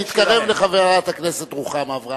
תתקרב לחברת הכנסת רוחמה אברהם,